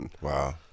Wow